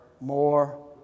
more